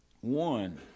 One